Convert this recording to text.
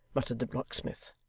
muttered the locksmith,